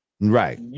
Right